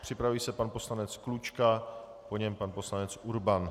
Připraví se pan poslanec Klučka, po něm pan poslanec Urban.